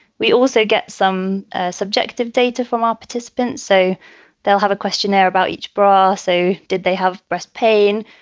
we also get some subjective data from our participants so they'll have a questionnaire about each bra. so did they have breast pain?